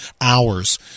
hours